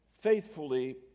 faithfully